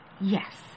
Yes